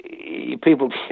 people